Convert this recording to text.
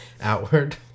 outward